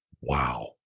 Wow